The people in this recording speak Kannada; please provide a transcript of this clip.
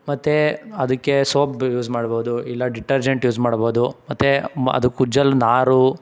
ಮತ್ತು ಅದಕ್ಕೆ ಸೋಪ್ ಬೆ ಯೂಸ್ ಮಾಡ್ಬೋದು ಇಲ್ಲ ಡಿಟರ್ಜೆಂಟ್ ಯೂಸ್ ಮಾಡ್ಬೋದು ಮತ್ತು ಅದಕ್ಕೆ ಉಜ್ಜಲು ನಾರು